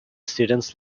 students